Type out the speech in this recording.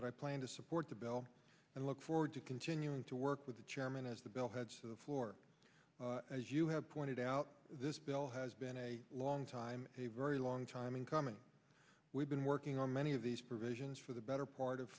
but i plan to support the bell and look forward to continuing to work with the chairman as the bell heads to the floor as you have pointed out this bill has been a long time a very long time in coming we've been working on many of these provisions for the better part of